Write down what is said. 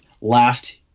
laughed